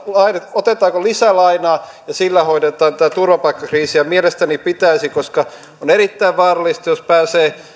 otetaanko lisälainaa ja sillä hoidetaan tämä turvapaikkakriisi mielestäni pitäisi koska on erittäin vaarallista jos pääsee